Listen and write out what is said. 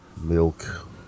milk